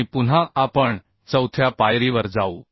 आणि पुन्हा आपण चौथ्या पायरीवर जाऊ